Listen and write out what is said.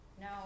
no